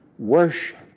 worship